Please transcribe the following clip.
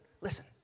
listen